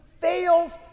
fails